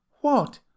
What